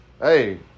hey